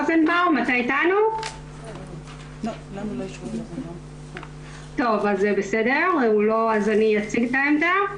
טוב, אז אני אציג את העמדה.